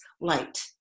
light